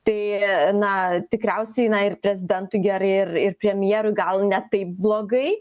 tai na tikriausiai ir prezidentui gerai ir ir premjerui gal ne taip blogai